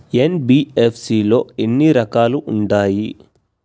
NBFC లో ఎన్ని రకాలు ఉంటాయి?